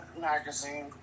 magazine